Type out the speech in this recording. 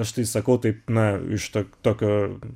aš tai sakau taip na iš tok tokio